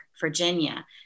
Virginia